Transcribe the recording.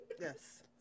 Yes